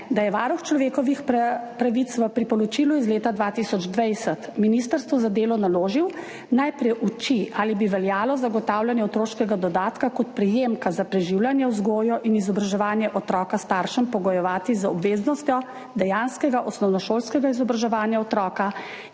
da je Varuh človekovih pravic v priporočilu iz leta 2020 Ministrstvu za delo naložil, naj preuči, ali bi veljalo staršem zagotavljanje otroškega dodatka kot prejemka za preživljanje, vzgojo in izobraževanje otroka pogojevati z obveznostjo dejanskega osnovnošolskega izobraževanja otroka,